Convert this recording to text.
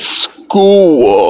school